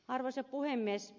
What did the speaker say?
arvoisa puhemies